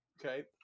Okay